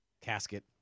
casket